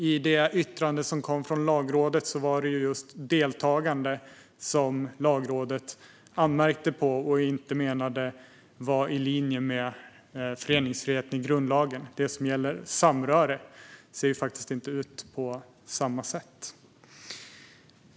I sitt yttrande var det just deltagande Lagrådet anmärkte på och menade att det inte var i linje med föreningsfriheten i grundlagen. Det som gäller samröre ser faktiskt inte ut på samma sätt.